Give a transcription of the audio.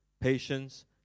patience